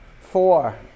Four